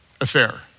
affair